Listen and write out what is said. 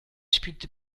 spielte